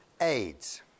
AIDS